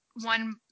one